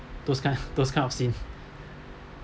those kind those kind of scene